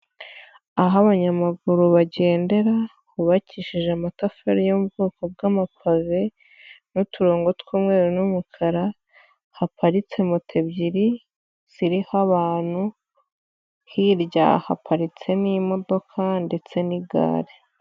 Aho abanyamaguru bagendera, hubakishije amatafari yo mu bwoko bw'amapave n'uturongo tw'umweru n'umukara, haparitse moto ebyiri, ziriho abantu, hirya haparitse n'imodoka ndetse n'igare.